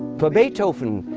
for beethoven,